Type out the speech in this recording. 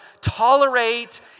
tolerate